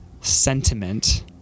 sentiment